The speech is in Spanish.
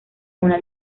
una